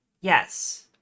yes